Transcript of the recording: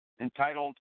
entitled